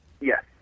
Yes